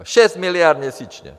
Šest miliard měsíčně!